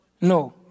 No